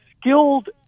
skilled